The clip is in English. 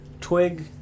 Twig